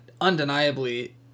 undeniably